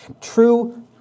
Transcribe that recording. True